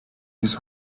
his